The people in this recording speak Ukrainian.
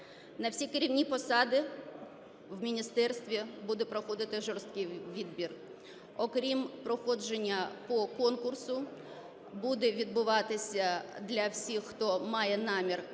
На всі керівні посади в міністерстві буде проходити жорсткий відбір. Окрім проходження по конкурсу, буде відбуватися для всіх, хто має намір